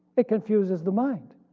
it confuses the mind,